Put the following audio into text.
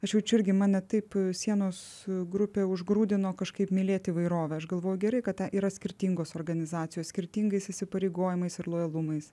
aš jaučiu irgi mane taip sienos grupė užgrūdino kažkaip mylėt įvairovę aš galvoju gerai kad ta yra skirtingos organizacijos skirtingais įsipareigojimais ir lojalumas